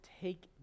take